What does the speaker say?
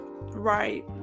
right